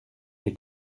les